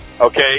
okay